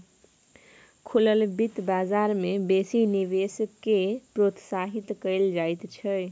खुलल बित्त बजार मे बेसी निवेश केँ प्रोत्साहित कयल जाइत छै